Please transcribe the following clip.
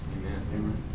Amen